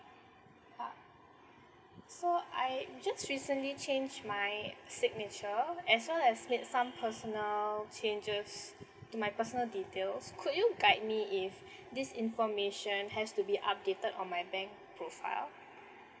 uh so I just recently changed my signature as well as made some personal changes to my personal details could you guide me if this information has to be updated on my bank profile